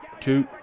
two